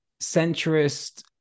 centrist